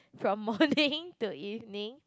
from morning to evening